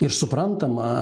ir suprantama